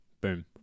Boom